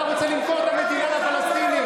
אתה רוצה למכור את המדינה לפלסטינים.